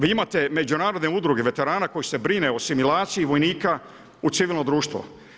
Vi imate međunarodne udruge veterana koji se brinu o asimilaciji vojnika u civilno društvo.